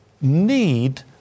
need